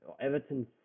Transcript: Everton